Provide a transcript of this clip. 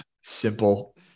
simple